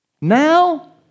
Now